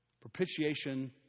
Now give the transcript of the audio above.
propitiation